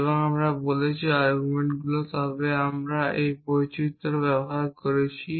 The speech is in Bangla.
এবং তারপর বলেছি আর্গুমেন্টগুলি তবে আমি এই বৈচিত্রগুলি ব্যবহার করেছি